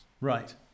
Right